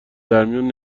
درمیون